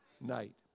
night